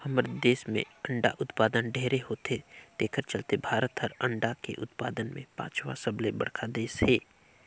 हमर देस में अंडा उत्पादन ढेरे होथे तेखर चलते भारत हर अंडा के उत्पादन में पांचवा सबले बड़खा देस हे